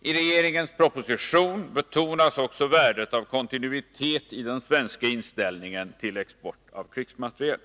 I regeringens proposition betonas också värdet av kontinuitet i den svenska inställningen till export av krigsmateriel.